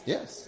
Yes